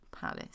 Palace